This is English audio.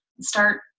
start